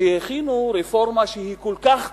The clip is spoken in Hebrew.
הם הכינו רפורמה שהיא כל כך טכנית,